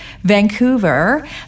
Vancouver